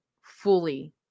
fully